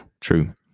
true